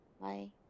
bye